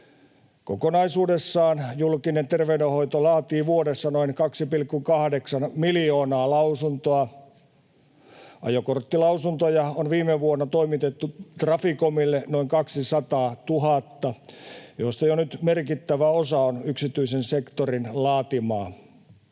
Kokonaisuudessaan julkinen terveydenhoito laatii vuodessa noin 2,8 miljoonaa lausuntoa. Ajokorttilausuntoja on viime vuonna toimitettu Traficomille noin 200 000, joista jo nyt merkittävä osa on yksityisen sektorin laatimia.